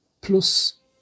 plus